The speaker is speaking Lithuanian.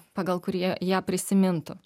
pagal kurį ją prisimintų